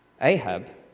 Ahab